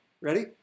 Ready